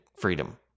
freedom